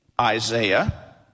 Isaiah